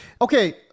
Okay